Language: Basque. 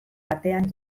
batean